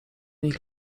nich